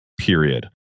period